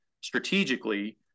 strategically